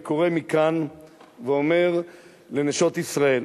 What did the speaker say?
וקורא מכאן ואומר לנשות ישראל: